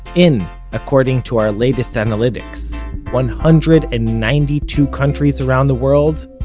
in according to our latest analytics one hundred and ninety two countries around the world,